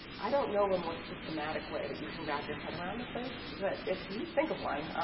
i don't know of a more systematic way that you can wrap your head around the place. but if you think of one,